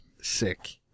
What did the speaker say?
sick